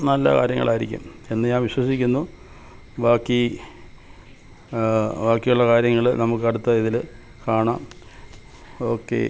നല്ല കാര്യങ്ങളായിരിക്കും എന്ന് ഞാൻ വിശ്വസിക്കുന്നു ബാക്കി ബാക്കിയുള്ള കാര്യങ്ങൾ നമുക്ക് അടുത്ത ഇതിൽ കാണാം ഓക്കെ